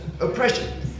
oppression